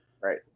Right